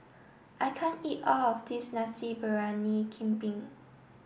I can't eat all of this Nasi Briyani Kambing